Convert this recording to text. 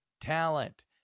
talent